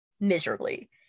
miserably